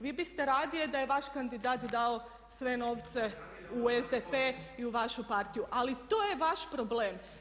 Vi biste radije da je vaš kandidat dao sve novce u SDP i u vašu partiju ali to je vaš problem.